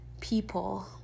people